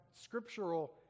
scriptural